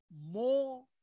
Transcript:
more